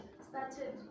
started